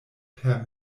per